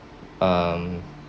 um